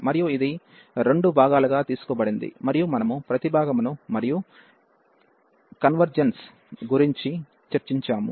మరియు ఇది రెండు భాగాలుగా తీసుకోబడింది మరియు మనము ప్రతి భాగమును మరియు కన్వెర్జెన్స్ గురించి చర్చించాము